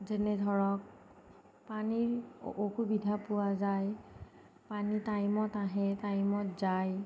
যেনে ধৰক পানীৰ অসুবিধা পোৱা যায় পানী টাইমত আহে টাইমত যায়